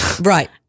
Right